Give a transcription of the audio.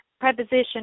preposition